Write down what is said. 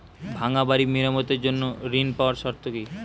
ভাঙ্গা বাড়ি মেরামতের জন্য ঋণ পাওয়ার শর্ত কি?